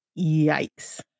Yikes